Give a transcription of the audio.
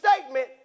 statement